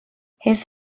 his